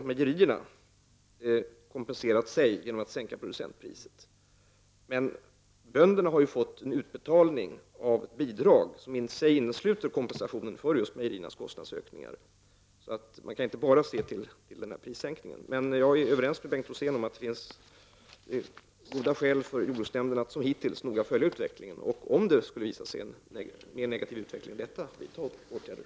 Mejerierna har här kompenserat sig genom att sänka producentpriset, men bönderna har fått en utbetalning av bidrag som i sig innesluter en kompensation för just mejeriernas kostnadsökningar. Man kan alltså inte bara se på prissänkningen. Jag är överens med Bengt Rosén om att det finns goda skäl för jordbruksnämnden att som hittills noga följa utvecklingen och att vidta åtgärder, om en mer negativ utveckling än hittills skulle komma till stånd.